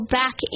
back